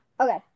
Okay